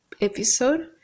episode